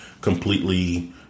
completely